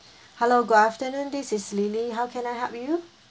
hello good afternoon this is lily how can I help you